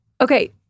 Okay